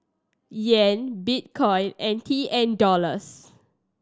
Yen Bitcoin and T N Dollars